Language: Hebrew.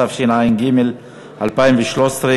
התשע"ג 2013,